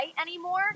anymore